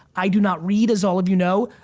i do not read, as all of you know.